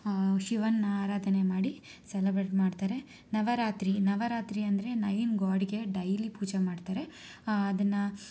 ಶಿವನ ಆರಾಧನೆ ಮಾಡಿ ಸೆಲೆಬ್ರೇಟ್ ಮಾಡ್ತಾರೆ ನವರಾತ್ರಿ ನವರಾತ್ರಿ ಅಂದರೆ ನೈನ್ ಗಾಡ್ಗೆ ಡೈಲಿ ಪೂಜೆ ಮಾಡ್ತಾರೆ ಅದನ್ನು